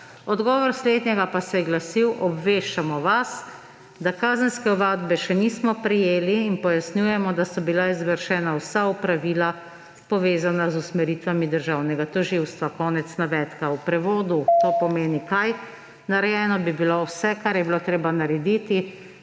Odgovor slednjega pa se je glasil: »Obveščamo vas, da kazenske ovadbe še nismo prejeli, in pojasnjujemo, da so bila izvršena vsa opravila, povezana z usmeritvami državnega tožilstva.« V prevodu to pomeni kaj? Narejeno je bilo vse, kar je bilo treba narediti,